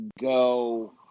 go